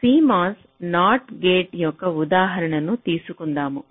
CMOS NOT gate యొక్క ఉదాహరణను తీసుకుందాము